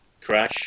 crash